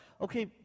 okay